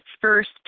first